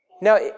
Now